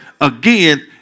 Again